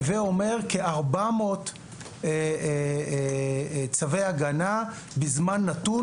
הווה אומר כ-400 צווי הגנה בזמן נתון,